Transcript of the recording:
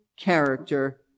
character